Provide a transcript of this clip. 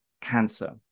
cancer